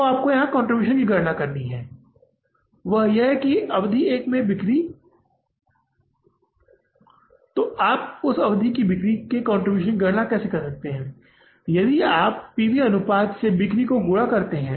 तो आप यहां कंट्रीब्यूशन की गणना कर सकते हैं वह यह है कि अवधि एक में बिक्री आप उस अवधि में बिक्री के कंट्रीब्यूशन की गणना कैसे कर सकते हैं यदि आप पी वी अनुपात से बिक्री गुणा करते हैं